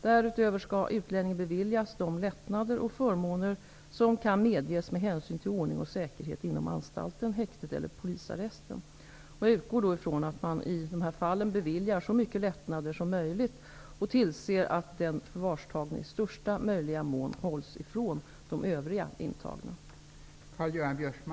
Därutöver skall utlänningen beviljas de lättnader och förmåner som kan medges med hänsyn till ordning och säkerhet inom anstalten, häktet eller polisarresten. Jag utgår från att man i dessa fall beviljar så mycket lättnader som möjligt, samt tillser att den förvarstagne i största möjliga mån hålls ifrån de övriga intagna.